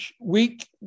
week